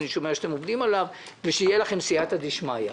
אני שומע שאתם עובדים עליו ושיהיה לכם סייעתא הדשמיא.